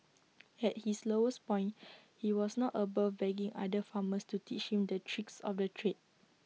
at his lowest point he was not above begging other farmers to teach him the tricks of the trade